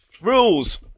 Rules